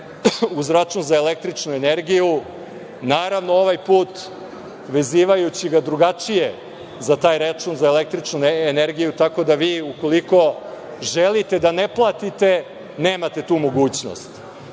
uz račun za elektičnu energiju, naravno ovaj put vezivajući ga drugačije za taj račun za električnu energiju, tako da vi ukoliko želite da ne platite nemate tu mogućnost.